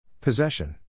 Possession